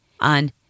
on